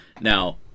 Now